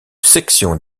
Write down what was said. section